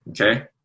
okay